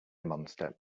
monster